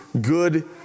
good